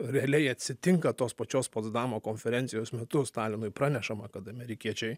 realiai atsitinka tos pačios potsdamo konferencijos metu stalinui pranešama kad amerikiečiai